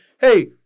hey